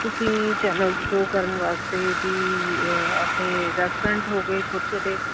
ਤੁਸੀਂ channel pro ਕਰਨ ਵਾਸਤੇ ਜੀ ਆ ਆਪਣੇ ਰੈਸਟੋਰੈਂਟ ਹੋ ਗਏ ਛੋਟੇ ਛੋਟੇ